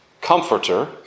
comforter